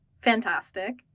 fantastic